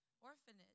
orphanage